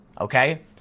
Okay